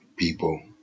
People